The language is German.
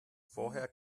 vorher